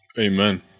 amen